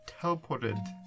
teleported